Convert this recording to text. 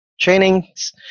trainings